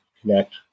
connect